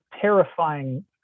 terrifying